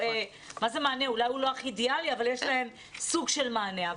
אולי הוא לא הכי אידיאלי אבל יש להם סוג של מענה.